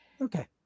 okay